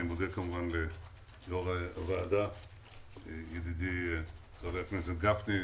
אני מודה ליו"ר הועדה, לידידי חבר הכנסת גפני,